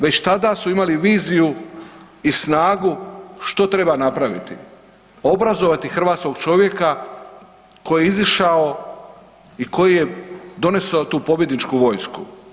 Već tada su imali viziju u snagu što treba napraviti, obrazovati hrvatskog čovjeka koji je izišao i koji je donesao tu pobjedničku vojsku.